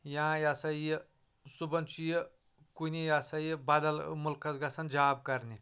یا یہِ ہسا یہِ صبحن چھُ یہِ کُنہِ یہِ ہسا یہِ بدل مُلکس گژھان جاب کرنہِ